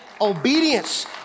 Obedience